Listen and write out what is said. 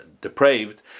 depraved